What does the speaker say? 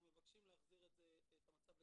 אנחנו מבקשים להחזיר את המצב לקדמותו,